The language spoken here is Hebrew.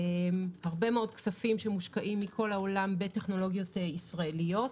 הרבה מאוד כספים שמושקעים מכל העולם בטכנולוגיות ישראליות.